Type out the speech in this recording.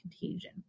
contagion